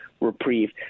reprieve